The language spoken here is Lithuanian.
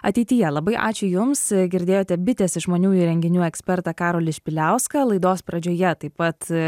ateityje labai ačiū jums girdėjote bitės išmaniųjų įrenginių ekspertą karolį špiliauską laidos pradžioje taip pat